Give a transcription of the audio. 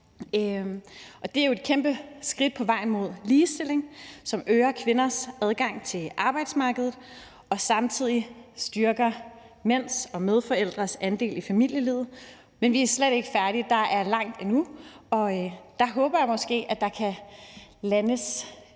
Det er jo et kæmpe skridt på vej mod ligestilling; det øger kvinders adgang til arbejdsmarkedet, og samtidig styrker det mænds og medforældres andel i familielivet. Men vi er slet ikke færdige. Der er langt endnu, og der håber jeg måske, at der kan landes